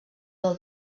del